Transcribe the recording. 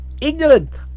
ignorant